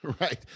Right